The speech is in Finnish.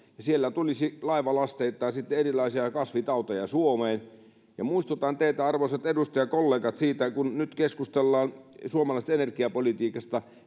ja sieltä tulisi laivalasteittain sitten erilaisia kasvitauteja suomeen muistutan teitä arvoisat edustajakollegat siitä kun nyt keskustellaan suomalaisesta energiapolitiikasta